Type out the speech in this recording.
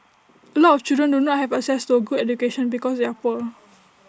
A lot of children do not have access to A good education because they are poor